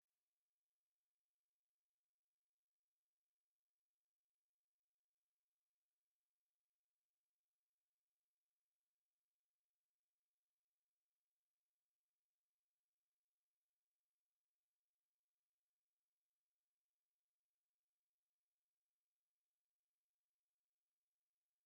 Za serivise ziracyatangwa ahantu hatandukanye nta hantu na hamwe utasanga abatanga izi serivise mu gihugu hose. Abashaka guhabwa ubu bufasha utiriwe uhaguruka ngo ugende ujye kure kandi hafi yawe hahari. Mujye mugana aba bantu babafashe serivise barazitanga mu buryo bwizewe.